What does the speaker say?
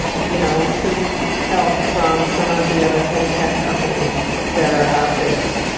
you know, seek help from some of the other fintech companies that are out there.